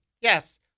Yes